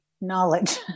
knowledge